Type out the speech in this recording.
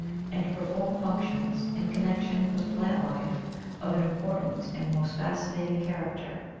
and perform functions in connection with plant life of an important and most fascinating charac ter.